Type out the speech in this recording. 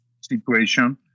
situation